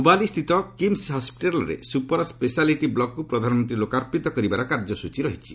ହୁବାଲି ସ୍ଥିତ କିମସ୍ ହସ୍କିଟାଲରେ super speciality ବ୍ଲକ୍କୁ ପ୍ରଧାନମନ୍ତ୍ରୀ ଲୋକାର୍ପିତ କରିବାର କାର୍ଯ୍ୟସୂଚୀ ରହିଛି